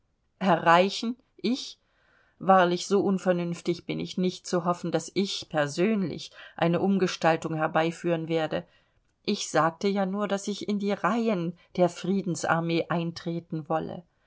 erreichen ich wahrlich so unvernünftig bin ich nicht zu hoffen daß ich persönlich eine umgestaltung herbeiführen werde ich sagte ja nur daß ich in die reihen der friedensarmee eintreten wolle